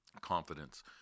confidence